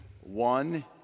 one